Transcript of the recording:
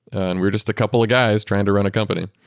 and we're just a couple of guys trying to run a company.